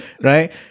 right